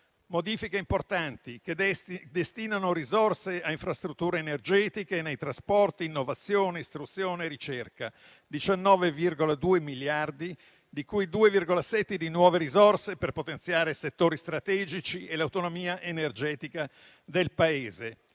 modifiche importanti che destinano risorse a infrastrutture energetiche, ai trasporti, a innovazioni, istruzione e ricerca: 19,2 miliardi, di cui 2,7 di nuove risorse per potenziare settori strategici e l'autonomia energetica del Paese.